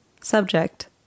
subject